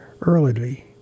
Early